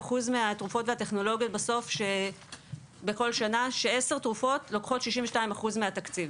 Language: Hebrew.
יש עשר תרופות שלוקחות 62% מהתקציב.